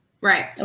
Right